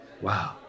Wow